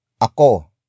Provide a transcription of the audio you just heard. ako